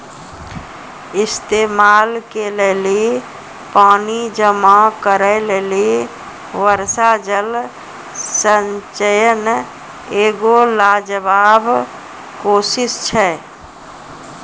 इस्तेमाल के लेली पानी जमा करै लेली वर्षा जल संचयन एगो लाजबाब कोशिश छै